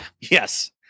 Yes